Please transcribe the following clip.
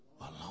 alone